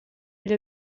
gli